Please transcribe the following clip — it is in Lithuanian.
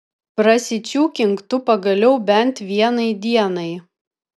prasičiūkink tu pagaliau bent vienai dienai